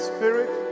Spirit